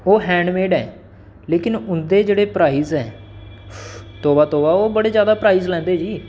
ओह् हैंडमेड ऐ लेकिन उं'दे जेह्ड़े प्राइज़ ऐ तौबा तौबा ओह् बड़े जादा प्राइज लांदे जी